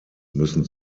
müssen